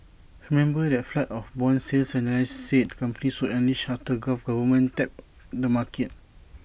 remember that flood of Bond sales analysts said companies would unleash after gulf governments tapped the market